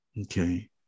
Okay